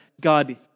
God